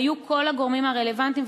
היו כל הגורמים הרלוונטיים,